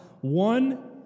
One